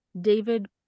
david